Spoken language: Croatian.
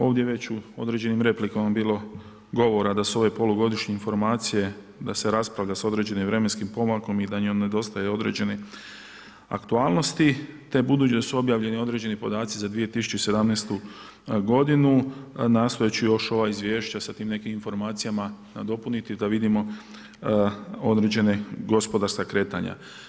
Ovdje je već u određenim replikama bilo govora da su ove polugodišnje informacije da se raspravlja s određenim vremenskim pomakom i da njoj nedostaje određeni aktualnosti te budući da su objavljeni određeni podaci za 2017. godinu nastojat ću još ova izvješća s tim nekim informacijama nadopuniti da vidimo određena gospodarska kretanja.